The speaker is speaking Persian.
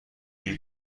این